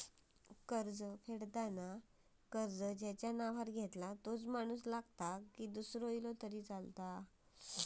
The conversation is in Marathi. कर्ज फेडताना कर्ज ज्याच्या नावावर घेतला तोच माणूस लागता की दूसरो इलो तरी चलात?